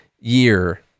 year